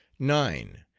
nine.